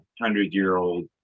hundred-year-old